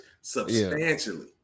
substantially